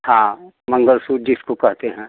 हाँ मंगलसूत्र जिसको कहते हैं